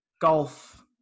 golf